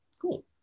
Cool